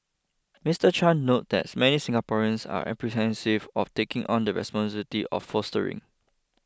Mister Chan noted that many Singaporeans are apprehensive of taking on the responsibility of fostering